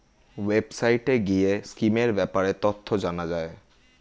ওয়েবসাইটে গিয়ে স্কিমের ব্যাপারে তথ্য জানা যায়